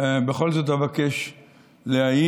לא משה